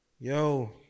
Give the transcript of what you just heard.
Yo